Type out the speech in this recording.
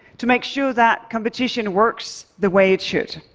to make sure that competition works the way it should.